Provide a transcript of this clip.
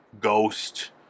ghost